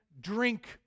drink